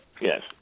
yes